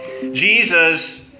Jesus